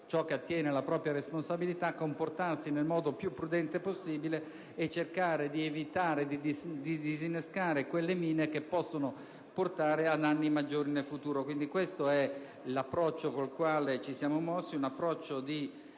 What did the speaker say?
ciò che attiene alla propria responsabilità, che comportarsi nel modo più prudente possibile e cercare di disinnescare quelle mine che possono portare a danni maggiori nel futuro. Questo è l'approccio con il quale ci siamo mossi, un approccio di